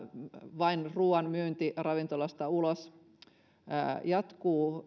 vain ruuan myynti ravintolasta ulos jatkuu